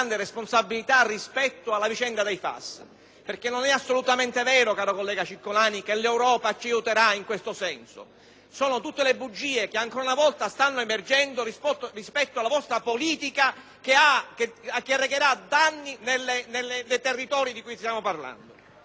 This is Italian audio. Sono tutte le bugie che ancora una volta stanno emergendo rispetto alla vostra politica che arrecherà danni nei territori di cui stiamo parlando.